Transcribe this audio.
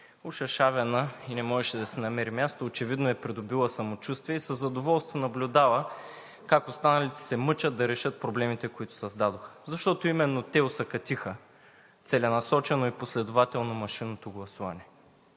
ошашавена и не можеше да си намери място, очевидно е придобила самочувствие и със задоволство наблюдава как останалите се мъчат да решат проблемите, които създадоха. Защото именно те осакатиха целенасочено и последователно машинното гласуване.